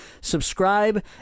subscribe